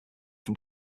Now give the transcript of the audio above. from